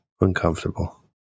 uncomfortable